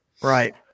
Right